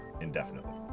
indefinitely